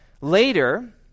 Later